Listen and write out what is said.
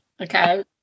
Okay